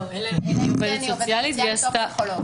יועצת בבית ספר נחשבת לגורם טיפולי?